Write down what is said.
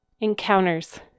encounters